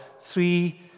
three